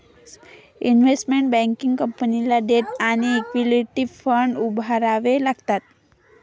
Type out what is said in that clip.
investment banking कंपनीला debt आणि equity fund उभारावे लागतात